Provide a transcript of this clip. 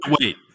Wait